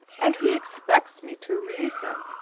and he expects me to read them.